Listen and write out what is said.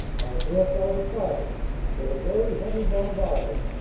i therefore decided that a very heavy bombardment,